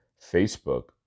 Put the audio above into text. Facebook